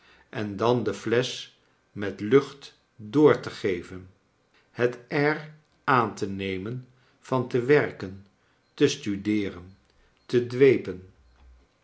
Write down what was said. en dan de flesch met lacht door te geven het air aan te nemen van to werken te sludeeren te dwepen